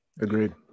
Agreed